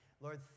Lord